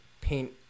paint